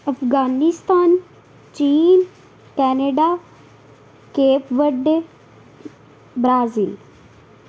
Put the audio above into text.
ਅਫਗਾਨਿਸਤਾਨ ਚੀਨ Canada Cape Verde Brazil